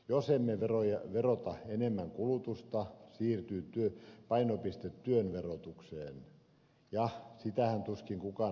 jos emme verota enemmän kulutusta siirtyy painopiste työn verotukseen ja sitähän tuskin kukaan haluaa